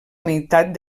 meitat